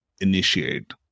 initiate